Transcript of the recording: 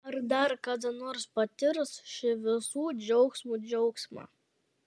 ar dar kada nors patirs šį visų džiaugsmų džiaugsmą